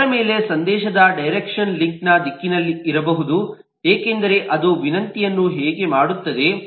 ಅದರ ಮೇಲೆ ಸಂದೇಶದ ಡೈರೆಕ್ಷನ್ ಲಿಂಕ್ನ ದಿಕ್ಕಿನಲ್ಲಿರಬಹುದು ಏಕೆಂದರೆ ಅದು ವಿನಂತಿಯನ್ನು ಹೇಗೆ ಮಾಡುತ್ತದೆ